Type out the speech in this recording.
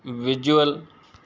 visual